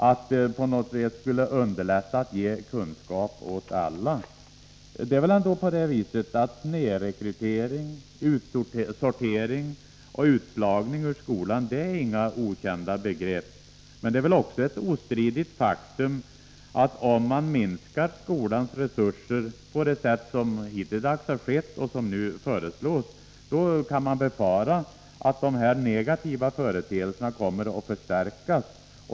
Jag har svårt att se att de förslagen på något sätt skulle göra det lättare att ge kunskap åt alla. Snedrekrytering, utsortering och utslagning ur skolan är inga okända begrepp. Om skolans resurser minskas på det sätt som hittills har skett och som nu föreslås kan man befara att de negativa företeelserna kommer att förstärkas.